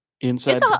Inside